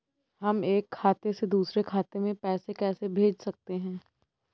हम एक खाते से दूसरे खाते में पैसे कैसे भेज सकते हैं?